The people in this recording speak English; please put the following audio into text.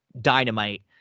Dynamite